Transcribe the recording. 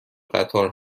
قطار